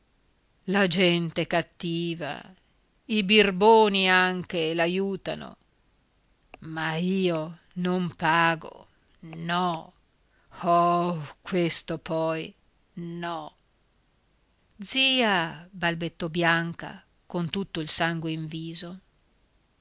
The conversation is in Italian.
la gente cattiva i birboni anche l'aiutano ma io non pago no oh questo poi no zia balbettò bianca con tutto il sangue al viso